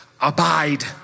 abide